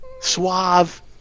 suave